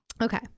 Okay